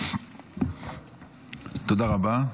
תודה רבה.